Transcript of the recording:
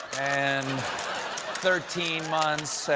and thirteen month.